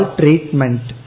treatment